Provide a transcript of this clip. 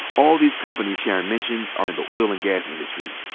all these companies sharon mentioned are in the oil and gas industry.